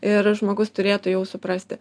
ir žmogus turėtų jau suprasti